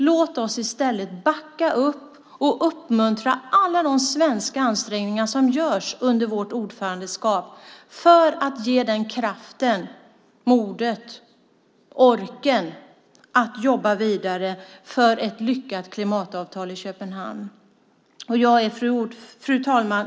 Låt oss i stället backa upp och uppmuntra alla de svenska ansträngningar som görs under vårt ordförandeskap och ge dem kraften, modet och orken att jobba vidare för ett lyckat klimatavtal i Köpenhamn. Fru talman!